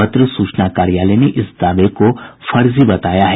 पत्र सूचना कार्यालय ने इस दावे को फर्जी बताया है